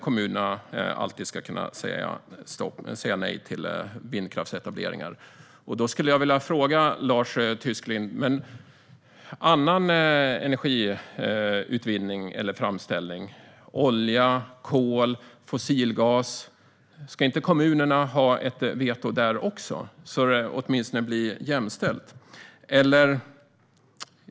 Jag skulle vilja fråga Lars Tysklind: Ska inte kommunerna ha ett veto även när det gäller annan energiutvinning eller energiframställning, till exempel när det gäller olja, kol och fossilgas? Då blir det åtminstone jämställt.